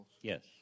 Yes